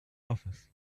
office